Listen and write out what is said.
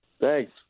Thanks